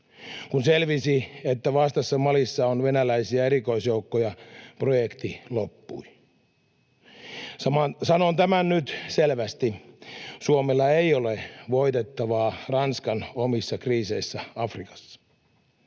Kun selvisi, että vastassa Malissa on venäläisiä erikoisjoukkoja, projekti loppui. Sanon tämän nyt selvästi: Suomella ei ole voitettavaa Ranskan omissa kriiseissä Afrikassa.